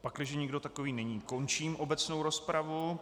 Pakliže nikdo takový není, končím obecnou rozpravu.